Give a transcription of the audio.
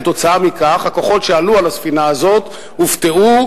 כתוצאה מכך הכוחות שעלו על הספינה הזאת הופתעו,